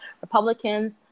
Republicans